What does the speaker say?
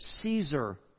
Caesar